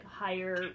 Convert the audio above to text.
higher